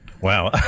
Wow